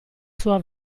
sua